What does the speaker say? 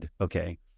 Okay